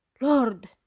lord